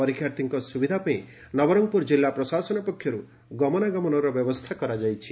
ପରୀକ୍ଷାର୍ଥୀଙ୍କ ସୁବିଧା ପାଇଁ ନବରଙ୍ଙପୁର ଜିଲ୍ଲା ପ୍ରଶାସନ ପକ୍ଷରୁ ଗମନାଗମନର ବ୍ୟବସ୍ରା କରାଯାଇଛି